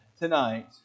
tonight